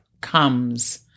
comes